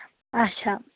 اچھا